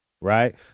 Right